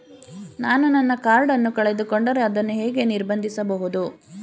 ನಾನು ನನ್ನ ಕಾರ್ಡ್ ಅನ್ನು ಕಳೆದುಕೊಂಡರೆ ಅದನ್ನು ಹೇಗೆ ನಿರ್ಬಂಧಿಸಬಹುದು?